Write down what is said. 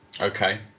Okay